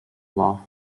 laugh